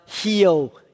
heal